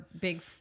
big